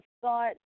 thought